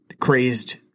crazed